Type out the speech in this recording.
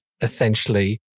essentially